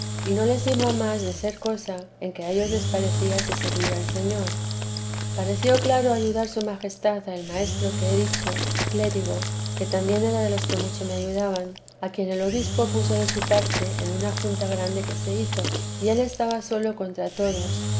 y no les iba más de ser cosa en que a ellos les parecía se servía el señor pareció claro ayudar su majestad al maestro que he dicho clérigo que también era de los que mucho me ayudaban a quien el obispo puso de su parte en una junta grande que se hizo y él estaba solo contra todos